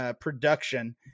production